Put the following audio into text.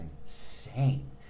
insane